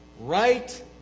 Right